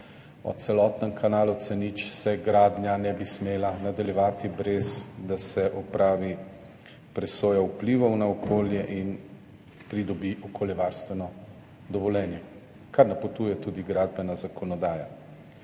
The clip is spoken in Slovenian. o celotnem kanalu C0, gradnja ne bi smela nadaljevati brez tega, da se opravi presoja vplivov na okolje in pridobi okoljevarstveno dovoljenje, kar napotuje tudi gradbena zakonodaja.